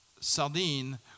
sardine